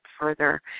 further